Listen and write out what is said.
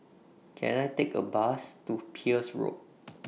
Can I Take A Bus to Peirce Road